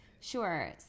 Sure